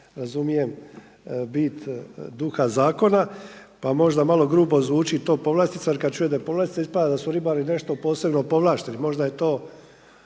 razumijem bit duha zakona, pa možda malo grubo zvuči to povlastica. Jer kad čuje da je povlastica ispada da su ribari nešto posebno povlašteni. Možda je to